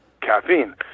caffeine